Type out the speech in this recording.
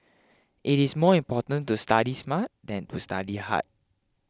it is more important to study smart than to study hard